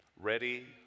ready